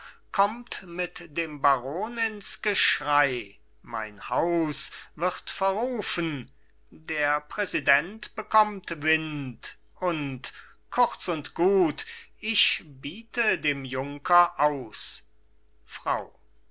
kommt mit dem baron ins geschrei mein haus wird verrufen der präsident bekommt wind und kurz und gut ich biete dem junker aus frau